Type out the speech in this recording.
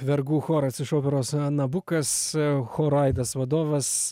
vergų choras iš operos nabukas choro aidas vadovas